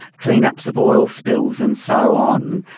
clean-ups of oil spills and so on.